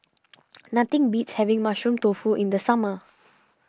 nothing beats having Mushroom Tofu in the summer